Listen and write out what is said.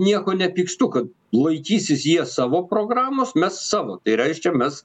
nieko nepykstu kad laikysis jie savo programos mes savo tai reiškia mes